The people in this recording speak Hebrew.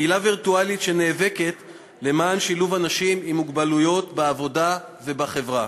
קהילה וירטואלית שנאבקת למען שילוב אנשים עם מוגבלויות בעבודה ובחברה.